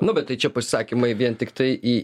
nu bet tai čia pasakymai vien tiktai į